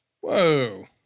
whoa